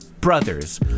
Brothers